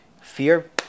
fear